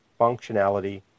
functionality